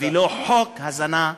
ולא חוק הזנה בכפייה.